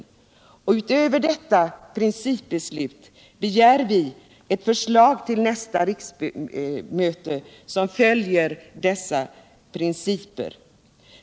Utöver ett principbeslut begär vi ett förslag till nästa riksmöte som följer dessa principer.